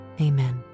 amen